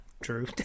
true